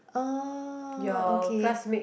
oh okay